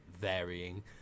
varying